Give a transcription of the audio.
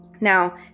Now